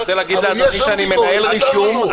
אני רוצה להגיד לאדוני שאני מנהל רישום,